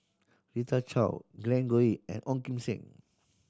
Rita Chao Glen Goei and Ong Kim Seng